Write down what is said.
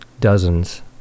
dozens